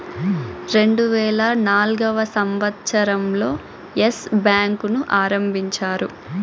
రెండువేల నాల్గవ సంవచ్చరం లో ఎస్ బ్యాంకు ను ఆరంభించారు